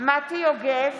מטי יוגב,